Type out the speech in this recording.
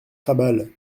krabal